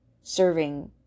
serving